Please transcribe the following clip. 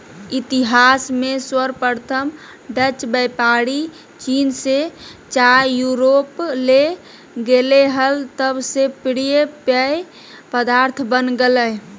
इतिहास में सर्वप्रथम डचव्यापारीचीन से चाययूरोपले गेले हल तब से प्रिय पेय पदार्थ बन गेलय